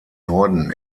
norden